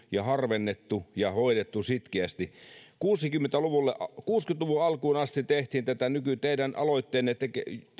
ja harvennettu ja hoidettu sitkeästi kuusikymmentä luvun alkuun asti tehtiin tätä teidän